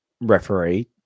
referee